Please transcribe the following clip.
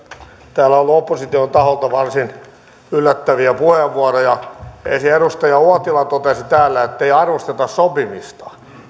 täällä on tullut opposition taholta varsin yllättäviä puheenvuoroja ensin edustaja uotila totesi täällä ettei arvosteta sopimista